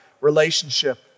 relationship